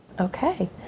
Okay